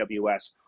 AWS